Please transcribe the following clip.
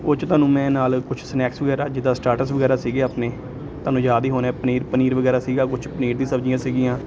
ਉਸ 'ਚ ਤੁਹਾਨੂੰ ਮੈਂ ਨਾਲ ਕੁਛ ਸਨੈਕਸ ਵਗੈਰਾ ਜਿੱਦਾਂ ਸਟਾਰਟਸ ਵਗੈਰਾ ਸੀਗੇ ਆਪਣੇ ਤੁਹਾਨੂੰ ਯਾਦ ਹੀ ਹੋਣੇ ਪਨੀਰ ਪਨੀਰ ਵਗੈਰਾ ਸੀਗਾ ਕੁਛ ਪਨੀਰ ਦੀ ਸਬਜ਼ੀਆਂ ਸੀਗੀਆਂ